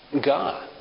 God